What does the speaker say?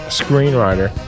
screenwriter